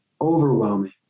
overwhelming